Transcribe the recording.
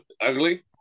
ugly